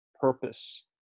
purpose